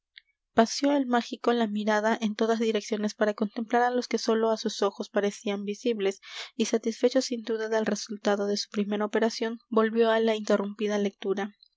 paseó el mágico la mirada en todas direcciones para contemplar á los que sólo á sus ojos parecían visibles y satisfecho sin duda del resultado de su primera operación volvió á la interrumpida lectura